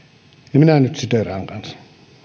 ja minä nyt siteeraan kanssa